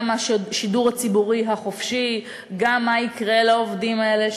גם השידור הציבורי החופשי וגם מה יקרה לעובדים האלה,